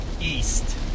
East